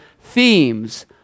themes